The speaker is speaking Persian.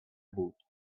بود